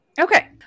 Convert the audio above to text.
Okay